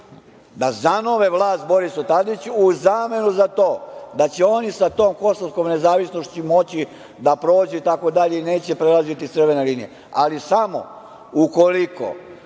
da zanove vlast Borisu Tadiću u zamenu za to da će oni sa tom kosovskom nezavisnošću moći da prođu itd, i neće prelaziti crvene linije, ali samo ukoliko